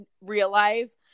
realize